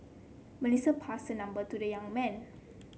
Melissa passed her number to the young man